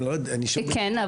היא כן,